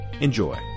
Enjoy